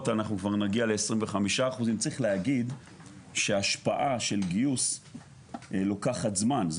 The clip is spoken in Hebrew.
אנחנו כבר נגיע ל 25% צריך להגיד שההשפעה של גיוס לוקחת זמן.